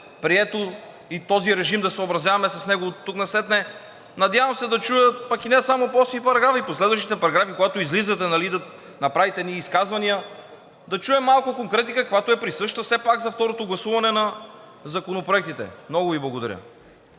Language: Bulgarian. прието, и този режим да се съобразяваме с него оттук насетне. Надявам се да чуя, пък и не само по § 8, а и по следващите параграфи. Когато излизате да направите едни изказвания, да чуем малко конкретика каквато е присъща все пак за второто гласуване на законопроектите. Много Ви благодаря.